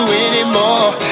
anymore